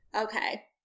okay